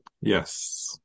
Yes